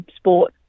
sport